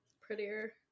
prettier